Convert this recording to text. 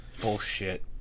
bullshit